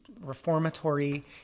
reformatory